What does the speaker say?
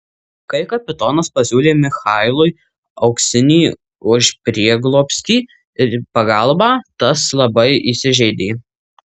kai kapitonas pasiūlė michailui auksinį už prieglobstį ir pagalbą tas labai įsižeidė